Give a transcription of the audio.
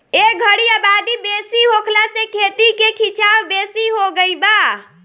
ए घरी आबादी बेसी होखला से खेती के खीचाव बेसी हो गई बा